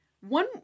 One